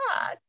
God